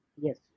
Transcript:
Yes